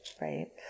Right